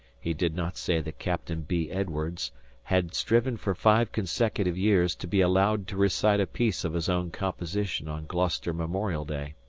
he did not say that captain b. edwardes had striven for five consecutive years to be allowed to recite a piece of his own composition on gloucester memorial day.